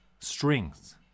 strings